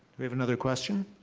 we have another question?